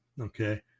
okay